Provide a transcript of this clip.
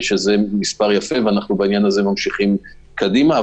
זה מספר יפה ובעניין הזה אנחנו ממשיכים קדימה.